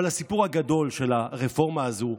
אבל הסיפור הגדול של הרפורמה הזו,